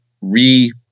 re-